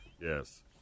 Yes